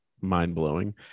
mind-blowing